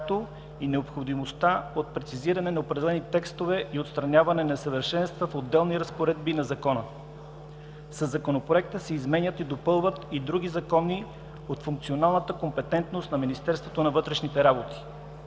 Със Законопроекта се измененият и допълват и други закони от функционалната компетентност на Министерството на вътрешните работи.